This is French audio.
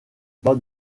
dans